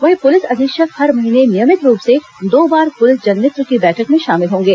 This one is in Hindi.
वहीं पुलिस अधीक्षक हर महीने नियमित रूप से दो बार पुलिस जनमित्र की बैठक में शामिल होंगे